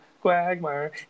Quagmire